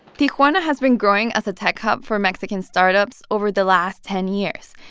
tijuana has been growing as a tech hub for mexican startups over the last ten years.